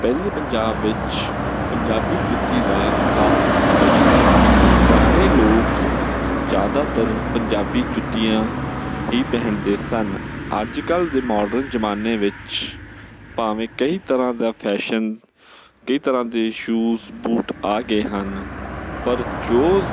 ਪਹਿਲੇ ਪੰਜਾਬ ਵਿੱਚ ਪੰਜਾਬੀ ਜੁੱਤੀ ਦਾ ਖਾਸ ਮਹੱਤਵ ਸੀ ਪੁਰਾਣੇ ਲੋਕ ਜ਼ਿਆਦਾਤਰ ਪੰਜਾਬੀ ਜੁੱਤੀਆਂ ਹੀ ਪਹਿਨਦੇ ਸਨ ਅੱਜ ਕੱਲ੍ਹ ਦੇ ਮੌਡਰਨ ਜ਼ਮਾਨੇ ਵਿੱਚ ਭਾਵੇਂ ਕਈ ਤਰ੍ਹਾਂ ਦਾ ਫੈਸ਼ਨ ਕਈ ਤਰ੍ਹਾਂ ਦੇ ਸ਼ੂਜ ਬੂਟ ਆ ਗਏ ਹਨ ਪਰ ਜੋ